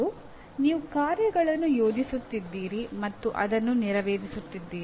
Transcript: ಇನ್ನೊಂದು ನೀವು ಕಾರ್ಯಗಳನ್ನು ಯೋಜಿಸುತ್ತಿದ್ದೀರಿ ಮತ್ತು ಅದನ್ನು ನೆರವೇರಿಸುತ್ತಿದ್ದೀರಿ